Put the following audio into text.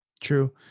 True